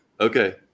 Okay